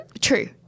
True